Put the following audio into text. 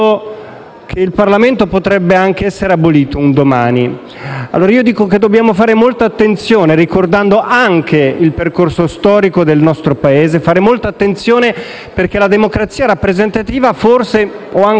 il Parlamento potrebbe anche essere abolito un domani. Allora io dico che dobbiamo fare molta attenzione, ricordando anche il percorso storico del nostro Paese, perché la democrazia rappresentativa forse necessita